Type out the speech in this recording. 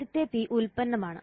ആദ്യത്തെ പി ഉൽപ്പന്നമാണ്